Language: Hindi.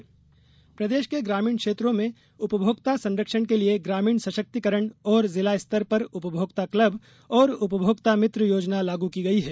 उपभोक्ता संरक्षण प्रदेश के ग्रामीण क्षेत्रों में उपभोक्ता संरक्षण के लिए ग्रामीण सशक्तिकरण और जिलास्तर पर उपभोक्ता क्लब और उपभोक्ता मित्र योजना लाग की गई है